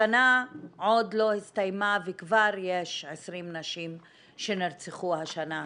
השנה עוד לא הסתיימה וכבר יש 20 נשים שנרצחו השנה הזו.